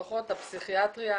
לפחות הפסיכיאטריה,